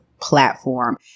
platform